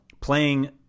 Playing